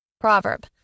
Proverb